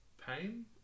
pain